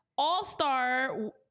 All-Star